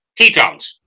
ketones